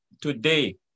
today